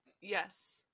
Yes